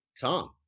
Tom